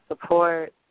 support